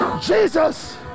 Jesus